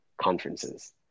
conferences